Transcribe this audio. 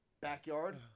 backyard